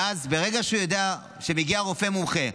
ואז ברגע שהוא יודע שמגיע רופא מומחה,